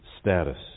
status